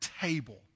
table